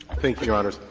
thank you, your honor.